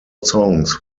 songs